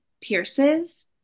pierces